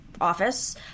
office